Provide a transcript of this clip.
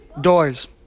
Doors